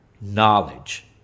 knowledge